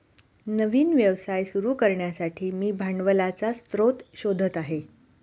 नवीन व्यवसाय सुरू करण्यासाठी मी भांडवलाचा स्रोत शोधत आहे